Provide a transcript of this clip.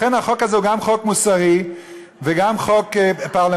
לכן החוק הזה הוא גם חוק מוסרי וגם חוק פרלמנטרי.